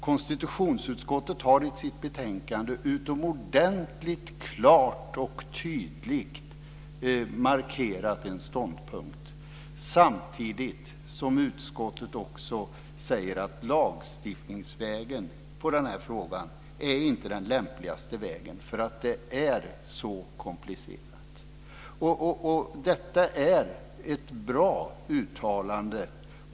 Konstitutionsutskottet har i sitt betänkande utomordentligt klart och tydligt markerat en ståndpunkt samtidigt som utskottet också säger att lagstiftning inte är den lämpligaste vägen att gå i den här frågan eftersom den är så komplicerad. Detta är ett bra uttalande.